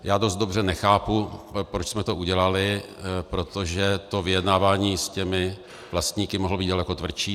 Já dost dobře nechápu, proč jsme to udělali, protože vyjednávání s vlastníky mohlo být daleko tvrdší.